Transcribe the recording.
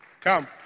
Come